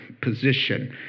position